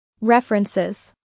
References